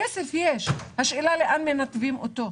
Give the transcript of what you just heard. כסף יש, השאלה היא לאן מנתבים אותו.